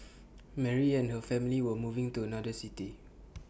Mary and her family were moving to another city